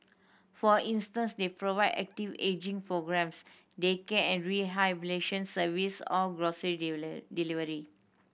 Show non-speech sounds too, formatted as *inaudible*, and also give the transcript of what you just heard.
for instance they provide active ageing programmes daycare and rehabilitation service or grocery *unintelligible* delivery